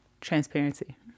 Transparency